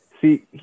See